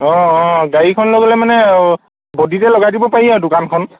অঁ অঁ গাড়ীখন লৈ লগে মানে বডিতে লগাই দিব পাৰি আৰু দোকানখন